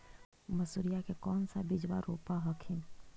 मसुरिया के कौन सा बिजबा रोप हखिन?